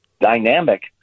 dynamic